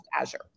Azure